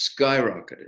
skyrocketed